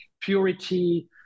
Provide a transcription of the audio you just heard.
purity